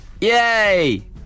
Yay